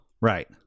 Right